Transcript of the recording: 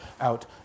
out